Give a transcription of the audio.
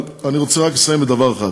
אני רוצה רק לסיים בדבר אחד,